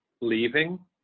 leaving